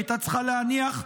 היא הייתה צריכה להניח.